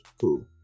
cool